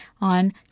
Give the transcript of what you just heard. on